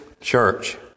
church